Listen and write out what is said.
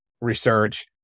research